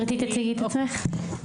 תודה,